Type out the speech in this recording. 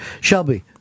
Shelby